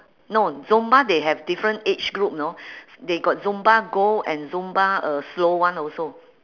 no zumba they have different age group you know s~ they got zumba gold and zumba uh slow one also